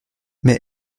mais